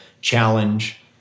challenge